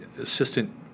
assistant